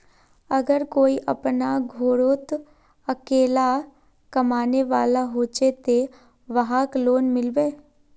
अगर कोई अपना घोरोत अकेला कमाने वाला होचे ते वहाक लोन मिलबे?